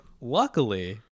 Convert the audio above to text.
luckily